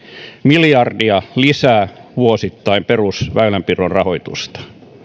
miljardia lisää perusväylänpidon rahoitusta vuosittain